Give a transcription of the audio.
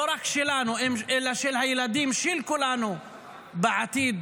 לא רק שלנו אלא של הילדים של כולנו בעתיד